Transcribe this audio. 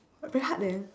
but very hard eh